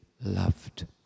loved